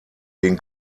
den